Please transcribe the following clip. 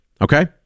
okay